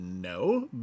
no